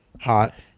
hot